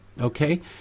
okay